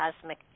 cosmic